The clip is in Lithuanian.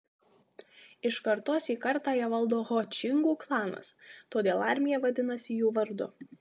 iš kartos į kartą ją valdo ho čingų klanas todėl armija vadinasi jų vardu